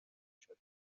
شدن